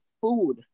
food